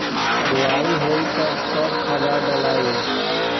बोआई होई तब कब खादार डालाई?